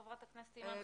חברת הכנסת אימאן ח'טיב,